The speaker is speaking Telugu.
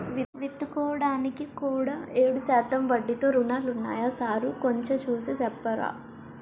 విత్తుకోడానికి కూడా ఏడు శాతం వడ్డీతో రుణాలున్నాయా సారూ కొంచె చూసి సెప్పరా